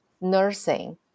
nursing